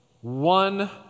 One